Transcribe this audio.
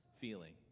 feeling